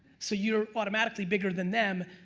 so you're automatically bigger than them.